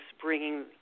bringing